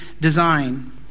design